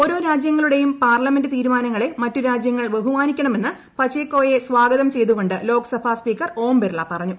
ഓരോ രാജൃങ്ങളുടെയും പാർലമെന്റ് തീരുമാനങ്ങളെ മറ്റു രാജ്യങ്ങൾ ബഹുമാനിക്കണമെന്ന് പചേകോയെ സ്വാഗതം ചെയ്തുകൊണ്ട് ലോക്സഭാ സ്പീക്കർ ഓം ബിർള പറഞ്ഞു